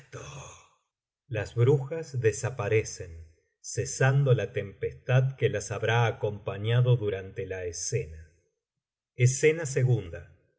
las brujas desaparecen cesando la tempestad que las habrá acompañado durante la escena escena